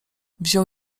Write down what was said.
wziął